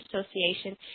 Association